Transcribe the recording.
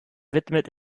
widmet